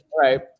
right